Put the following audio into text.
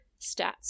stats